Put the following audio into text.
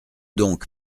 donc